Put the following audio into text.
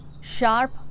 sharp